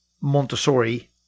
Montessori